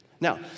Now